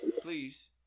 Please